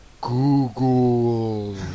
Google